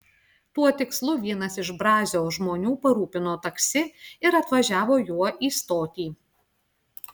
tuo tikslu vienas iš brazio žmonių parūpino taksi ir atvažiavo juo į stotį